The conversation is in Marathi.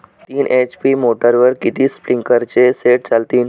तीन एच.पी मोटरवर किती स्प्रिंकलरचे सेट चालतीन?